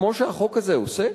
כמו שהחוק הזה עושה?